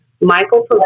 Michael